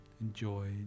enjoy